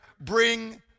bring